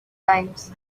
times